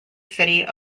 city